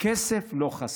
כסף לא חסר,